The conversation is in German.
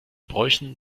bräuchen